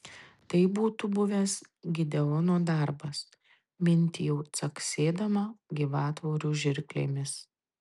tai būtų buvęs gideono darbas mintijau caksėdama gyvatvorių žirklėmis